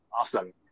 awesome